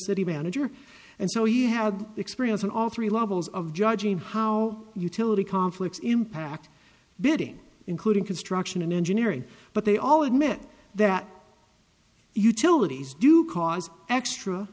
city manager and so he had experience in all three levels of judging how utility conflicts impact building including construction and engineering but they all admit that utilities do cause extra